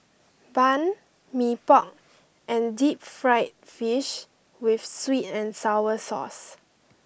Bun Mee Pok and Deep Fried Fish with Sweet and Sour Sauce